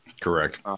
Correct